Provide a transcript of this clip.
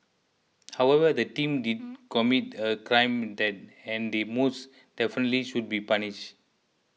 however the team did commit a crime that and they most definitely should be punished